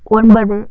ஒன்பது